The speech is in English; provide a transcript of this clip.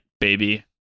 baby